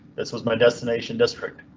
this was my destination district,